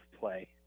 play